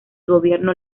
gobierno